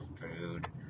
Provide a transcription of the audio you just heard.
food